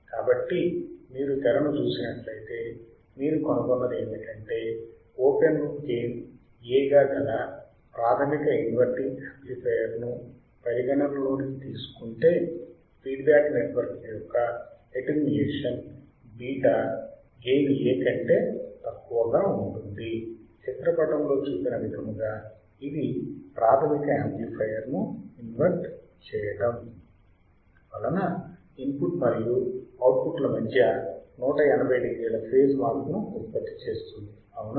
కాబట్టి మీరు తెరను చూసినట్లయితే మీరు కనుగొన్నది ఏమిటంటే ఓపెన్ లూప్ గెయిన్ A గా గల ప్రాథమిక ఇన్వర్టింగ్ యాంప్లిఫైయర్ను పరిగణనలోకి తీసుకుంటే ఫీడ్బ్యాక్ నెట్వర్క్ యొక్క అటెన్యూయేషన్ β గెయిన్ A కంటే తక్కువగా ఉంటుంది చిత్ర పటములో చూపిన విధముగా ఇది ప్రాథమిక యాంప్లిఫైయర్ ఇన్వర్ట్ చేయడం వలన ఇన్పుట్ మరియు అవుట్ పుట్ ల మధ్య 180 డిగ్రీల ఫేజ్ మార్పును ఉత్పత్తి చేస్తుంది అవునా